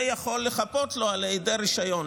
זה יכול לחפות לו על היעדר רישיון.